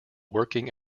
working